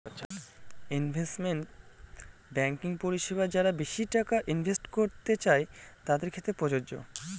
investment banking পরিষেবা যারা বেশি টাকা ইনভেস্ট করতে চাই তাদের ক্ষেত্রে প্রযোজ্য